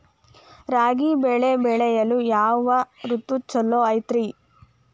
ರಾಗಿ ಬೆಳೆ ಬೆಳೆಯಲು ಯಾವ ಋತು ಛಲೋ ಐತ್ರಿ?